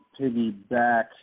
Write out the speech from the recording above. piggyback